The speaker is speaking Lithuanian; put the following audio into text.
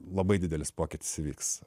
labai didelis pokytis įvyks